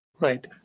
right